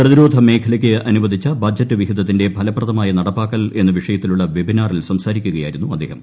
പ്രതിരോധ മേഖലയ്ക്ക് അനുവദിച്ച ബജറ്റ് വിഹിതത്തിന്റെ ഫലപ്രദമായ നടപ്പാക്കൽ എന്ന വിഷയത്തിലുള്ള വെബിനാറിൽ സംസാരിക്കുകയായിരുന്നു അദ്ദേഹം